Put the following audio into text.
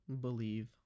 believe